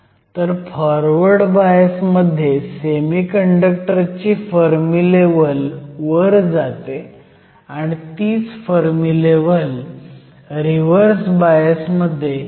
तर forward bias मध्ये semiconductor ची फर्मी लेव्हल वर जाते आणि तीच फर्मी लेव्हल रिव्हर्स बायस मध्ये खाली जाते